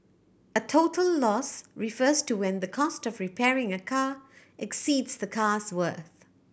a total loss refers to when the cost of repairing a car exceeds the car's worth